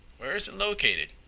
where is it located?